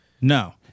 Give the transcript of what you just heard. no